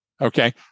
Okay